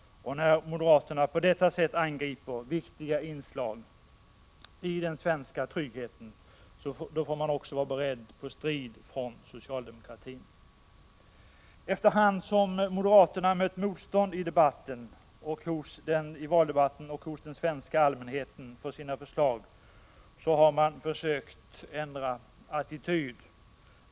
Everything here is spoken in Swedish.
När moderaterna på detta sätt angriper viktiga inslag i den svenska tryggheten, då får de också vara beredda på strid från socialdemokratin. Efter hand som moderaterna i valdebatten och hos den svenska allmänheten mött motstånd mot sina förslag har de försökt ändra attityd.